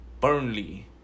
Burnley